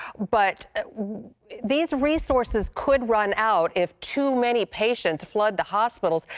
but these resources could run out if too many patients flood the hospitals.